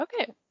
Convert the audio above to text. Okay